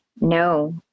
No